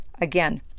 Again